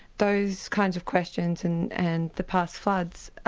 those kinds of questions and and the past floods